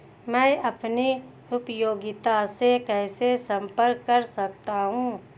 मैं अपनी उपयोगिता से कैसे संपर्क कर सकता हूँ?